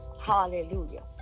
Hallelujah